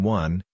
one